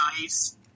nice